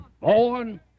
born